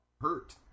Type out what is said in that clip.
Hurt